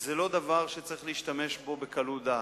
זה לא דבר שצריך להשתמש בו בקלות דעת,